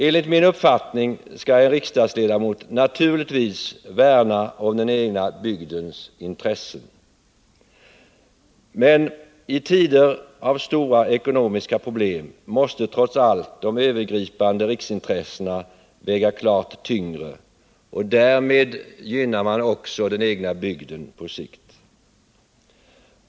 Enligt min uppfattning skall en riksdagsledamot naturligtvis värna om den egna bygdens intressen, men i tider av stora ekonomiska problem måste trots allt de övergripande riksintressena väga klart tyngre. Därmed gynnar man också den egna bygden på sikt.